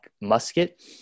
musket